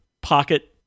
pocket